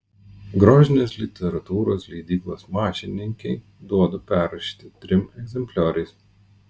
grožinės literatūros leidyklos mašininkei duodu perrašyti trim egzemplioriais